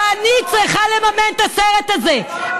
ואני צריכה לממן את הסרט הזה,